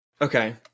Okay